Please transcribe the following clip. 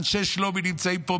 ואנשי שלומי נמצאים פה,